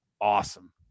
awesome